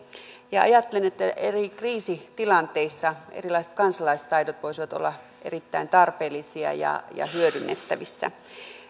ja ajattelen että eri kriisitilanteissa erilaiset kansalaistaidot voisivat olla erittäin tarpeellisia ja ja hyödynnettävissä